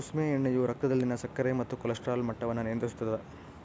ಕುಸುಮೆ ಎಣ್ಣೆಯು ರಕ್ತದಲ್ಲಿನ ಸಕ್ಕರೆ ಮತ್ತು ಕೊಲೆಸ್ಟ್ರಾಲ್ ಮಟ್ಟವನ್ನು ನಿಯಂತ್ರಿಸುತ್ತದ